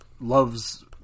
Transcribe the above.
loves